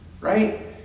right